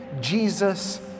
Jesus